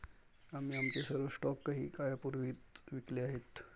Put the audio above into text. आम्ही आमचे सर्व स्टॉक काही काळापूर्वीच विकले आहेत